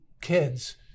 kids